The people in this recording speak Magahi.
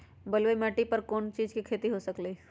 बलुई माटी पर कोन कोन चीज के खेती हो सकलई ह?